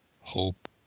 hope